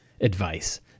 advice